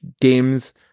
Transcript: games